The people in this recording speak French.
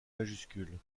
majuscules